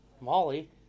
Molly